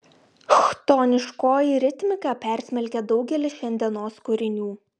chtoniškoji ritmika persmelkia daugelį šiandienos kūrinių